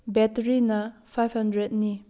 ꯕꯦꯠꯇꯔꯤꯅ five ꯍꯟꯗ꯭ꯔꯦꯗꯅꯤ